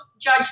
judge